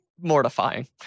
mortifying